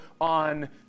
on